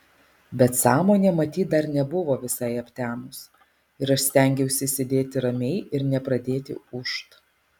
bet sąmonė matyt dar nebuvo visai aptemus ir aš stengiausi sėdėti ramiai ir nepradėti ūžt